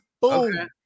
boom